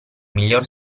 miglior